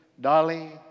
dolly